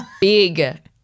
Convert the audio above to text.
Big